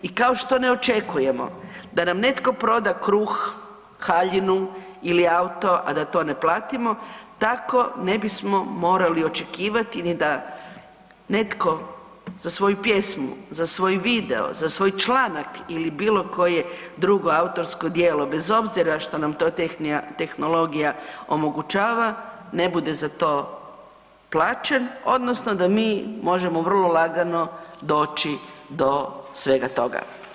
I kao što ne očekujemo da nam netko proda kruh, haljinu ili auto, a da to ne platimo, tako ne bismo morali očekivati ni da netko za svoju pjesnu, za svoj video, za svoj članak ili bilo koje drugo autorsko djelo bez obzira što nam to tehnologija omogućava, ne bude za to plaćen odnosno da mi možemo vrlo lagano doći do svega toga.